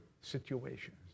situations